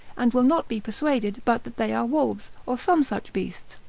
and will not be persuaded but that they are wolves, or some such beasts.